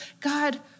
God